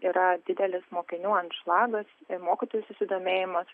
yra didelis mokinių anšlagas mokytojų susidomėjimas